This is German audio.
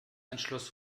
entschloss